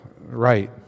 right